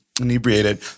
inebriated